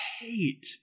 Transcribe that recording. hate